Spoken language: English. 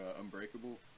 Unbreakable